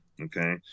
Okay